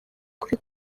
kuri